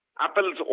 apples